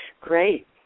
Great